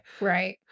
right